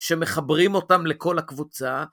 שמחברים אותם לכל הקבוצה